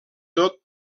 tot